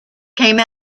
came